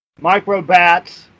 microbats